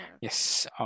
Yes